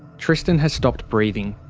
tristan has stopped breathing.